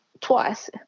twice